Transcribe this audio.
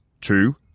two